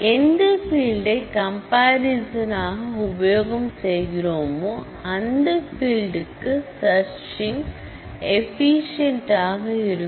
எந்த ஃபீல்டை கம்பரிசன் உபயோகம் செய்கிறோமோ அந்த பீல்டுக்கு சர்ச்சிங் எஃபீஷியேன்ட் ஆக இருக்கும்